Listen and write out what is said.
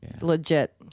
legit